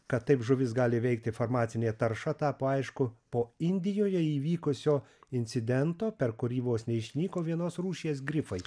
kad taip žuvis gali veikti farmacinė tarša tapo aišku po indijoje įvykusio incidento per kurį vos neišnyko vienos rūšies grifai